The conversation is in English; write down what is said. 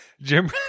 Jim